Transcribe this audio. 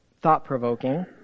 thought-provoking